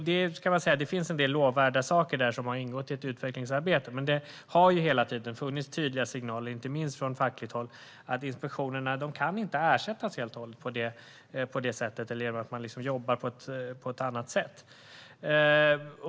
Det finns visserligen en del lovvärda saker där som har ingått i ett utvecklingsarbete, men det har hela tiden funnits tydliga signaler, inte minst från fackligt håll, om att inspektionerna inte helt och hållet kan ersättas på det sättet eller genom att man jobbar på ett annat sätt.